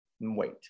wait